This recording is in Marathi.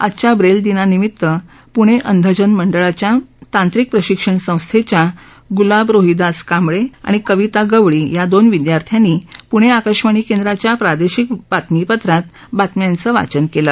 आजच्या ब्रेल दिनानिमीत प्णे अंधजन मंडळाच्या तांत्रिक प्रशिक्षण संस्थेच्या ग्लाब रोहिदास कांबळे आणि कविता गवळी या दोन विद्यार्थ्यांनी प्णे आकाशवाणी केंद्राच्या प्रादेशिक बातमीपत्रात बातम्यांचं वाचन केलं